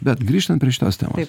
bet grįžtant prie šitos temos